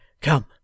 Come